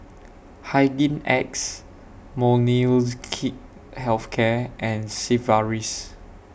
Hygin X Molnylcke Health Care and Sigvaris